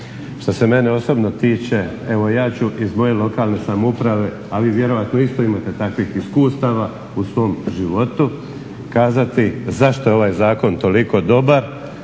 Što se mene osobno tiče evo ja ću iz moje lokalne samouprave, a vi vjerojatno isto imate takvih iskustava u svom životu kazati zašto je ovaj zakon toliko dobar